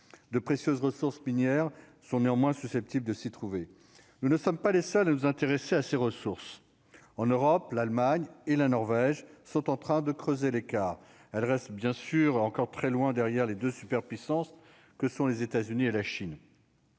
de précieuses ressources minières sont néanmoins susceptibles de s'trouver, nous ne sommes pas les seuls à nous intéresser à ces ressources, en Europe, l'Allemagne et la Norvège sont en train de creuser l'écart, elle reste bien sûr encore très loin derrière les 2 superpuissances que sont les États-Unis et la Chine.